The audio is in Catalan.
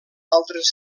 altres